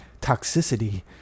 toxicity